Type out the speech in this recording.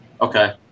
Okay